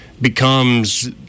becomes